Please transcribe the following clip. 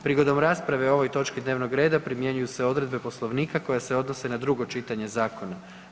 Prigodom rasprave o ovoj točki dnevnog reda primjenjuju se odredbe Poslovnika koje se odnose na drugo čitanje zakona.